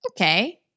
okay